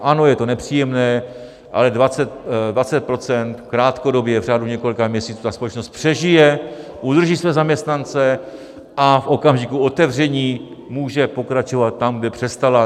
Ano, je to nepříjemné, ale 20 % krátkodobě v řádu několika měsíců společnost přežije, udrží své zaměstnance a v okamžiku otevření může pokračovat tam, kde přestala.